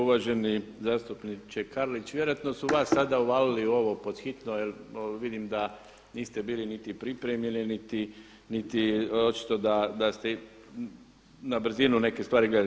Uvaženi zastupniče Karlić, vjerojatno su vas sada uvalili u ovo pod hitno jer vidim da niste bili niti pripremljeni niti očito da ste na brzinu neke stvari gledali.